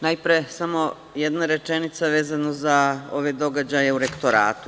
Najpre samo jedna rečenica vezano za ove događaje u Rektoratu.